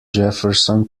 jefferson